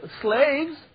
slaves